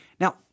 Now